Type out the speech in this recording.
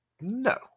No